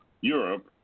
Europe